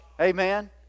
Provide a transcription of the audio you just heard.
Amen